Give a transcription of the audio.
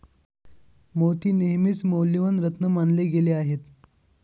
मोती नेहमीच मौल्यवान रत्न मानले गेले आहेत